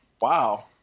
wow